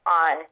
on